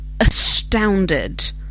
astounded